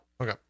okay